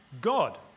God